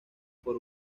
por